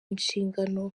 inshingano